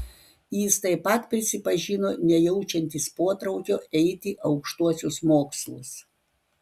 jis taip pat prisipažino nejaučiantis potraukio eiti aukštuosius mokslus